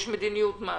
יש מדיניות מס.